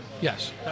Yes